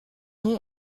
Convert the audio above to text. nom